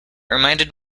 reminded